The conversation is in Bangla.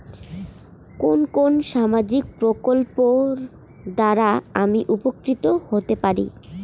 কোন কোন সামাজিক প্রকল্প দ্বারা আমি উপকৃত হতে পারি?